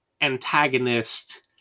antagonist